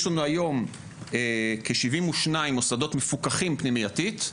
יש לנו היום כ-72 מוסדות מפוקחים פנימייתית.